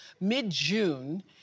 mid-June